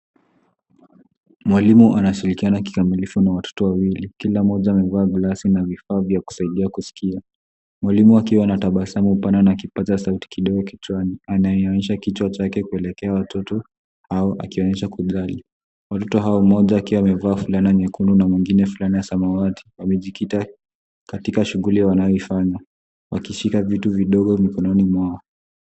Mwalimu anashirikiana kikamilifu na watoto wawili. Kila mmoja amevaa glasi na vifaa vya kusaidia kuskia, mwalimu akiwa na tabasamu pana na kipaza sauti kidogo kichwani. Anaonyesha kichwa chake kielekea watoto au akionyesha kwa umbali. Watoto hao mmoja akiwa amevaa fulana nyekundu na mwingine fulana ya samawati amejikita katika shughuli wanayoifanya wakishika vitu vidogo mikononi mwao.